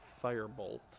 Firebolt